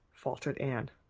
faltered anne.